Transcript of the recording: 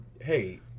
Hey